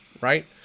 right